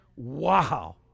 Wow